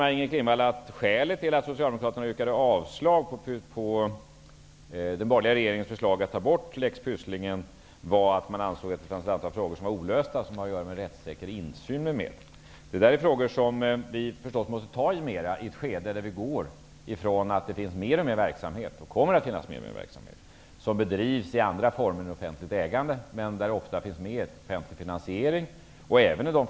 Maj-Inger Klingvall sade att skälet till att Pysslingen var att man ansåg att det fanns så många frågor som var olösta. Det gällde bl.a. rättssäkerhet och insyn. Detta är frågor som vi naturligtvis måste ta itu med i ett skede, där vi går mot mer och mer verksamhet som bedrivs i andra former än genom offentligt ägande, men där offentlig finansiering ofta finns med.